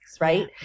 right